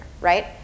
right